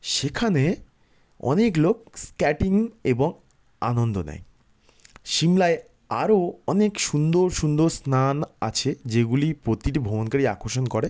সেখানে অনেক লোক স্কেটিং এবং আনন্দ নেয় সিমলায় আরও অনেক সুন্দর সুন্দর স্নান আছে যেগুলি প্রতিটি ভ্রমকারী আকর্ষণ করে